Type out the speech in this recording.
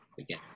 again